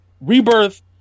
Rebirth